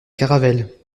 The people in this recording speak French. caravelle